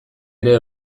ere